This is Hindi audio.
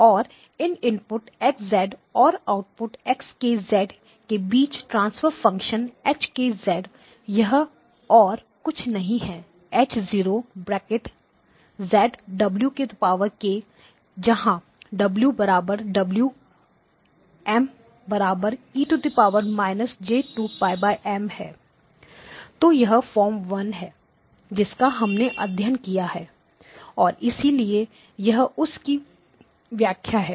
और इनपुट X और आउटपुट Xk के बीच ट्रांसफर फ़ंक्शन Hk यह और कुछ नहीं है H0 जहां W WM e J2 π M है तो यह फॉर्म 1 है जिसका हमने अध्ययन किया है और इसलिए यह उस की व्याख्या है